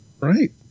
Right